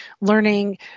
learning